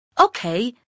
Okay